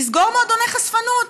לסגור מועדוני חשפנות.